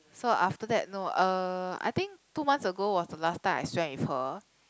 so after that no uh I think two months ago was the last time I swam with her